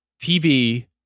TV